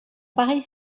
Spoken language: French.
pareille